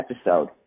episode